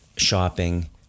shopping